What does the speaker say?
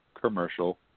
Commercial